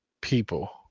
people